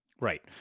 Right